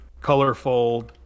colorful